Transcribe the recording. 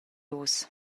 uss